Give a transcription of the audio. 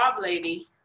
lady